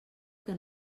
que